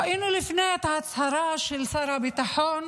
ראינו לפני כן את ההצהרה של שר הביטחון,